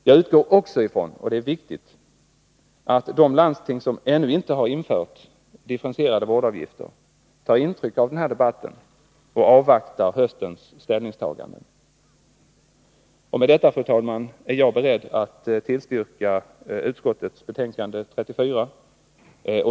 Jag utgår också från att, och det är viktigt, de landsting som ännu inte har infört differentierade vårdavgifter tar intryck av den här debatten och avvaktar höstens ställningstagande. Med detta, fru talman, är jag beredd att tillstyrka utskottets hemställan i betänkande 34.